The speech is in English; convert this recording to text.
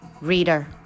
Reader